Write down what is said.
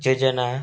ଯୋଜନା